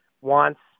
wants